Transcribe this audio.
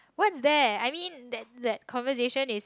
what's that I mean that that conversation is